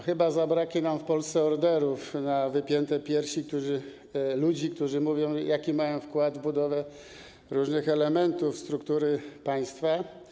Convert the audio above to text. Chyba zabraknie nam w Polsce orderów na wypięte piersi ludzi, którzy mówią, jaki mają wkład w budowę różnych elementów struktury państwa.